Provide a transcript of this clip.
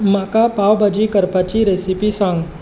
म्हाका पाव भाजी करपाची रेसिपी सांग